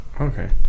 Okay